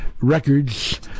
records